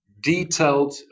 detailed